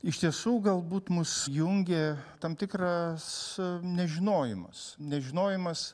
iš tiesų galbūt mus jungė tam tikras nežinojimas nežinojimas